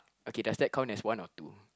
okay does that count as one or two